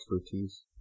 expertise